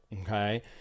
Okay